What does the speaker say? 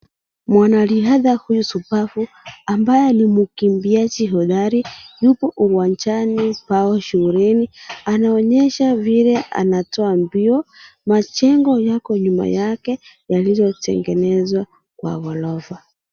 Mwanariadha huyu shubavu ambaye ni mkimbiaji hodari yupo uwanjani pal shuleni anaonyesha vile anatoa mbio. Majengo yako nyuma yake yalilotengenezwa Kwa ghorofa.